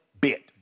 bit